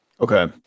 Okay